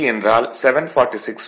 என்றால் 746 வாட்